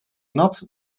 nat